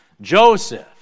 Joseph